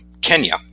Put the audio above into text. Kenya